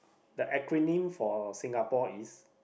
the acronym for Singapore is